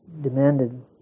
demanded